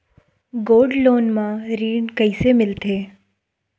Gold loan म ऋण कइसे मिलथे?